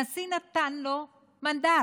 הנשיא נתן לו מנדט,